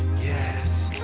yes,